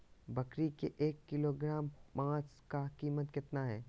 बकरी के एक किलोग्राम मांस का कीमत कितना है?